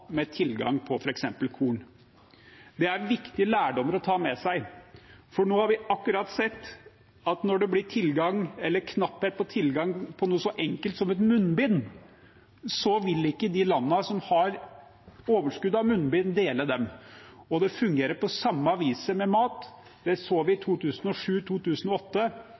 med hensyn til tilgang på f.eks. korn. Det er viktig lærdom å ta med seg. For nå har vi akkurat sett at når det blir knapphet på tilgang på noe så enkelt som et munnbind, vil ikke de landene som har overskudd av munnbind, dele dem. Det fungerer på samme viset med mat, det så vi